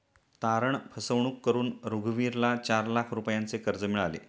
तारण फसवणूक करून रघुवीरला चार लाख रुपयांचे कर्ज मिळाले